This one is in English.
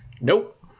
Nope